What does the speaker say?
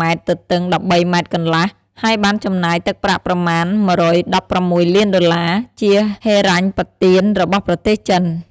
ម៉ែត្រ ទទឹង ១៣ម៉ែត្រកន្លះ ហើយបានចំណាយទឹកប្រាក់ប្រមាណ ១១៦ លានដុល្លារ ជាហិរញ្ញប្បទានរបស់ប្រទេសចិន។